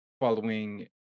following